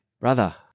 brother-